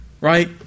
right